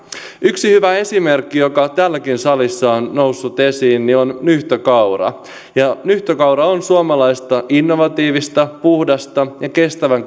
yksi hyvä esimerkki joka täälläkin salissa on noussut esiin on nyhtökaura nyhtökaura on suomalaista innovatiivista puhdasta ja kestävän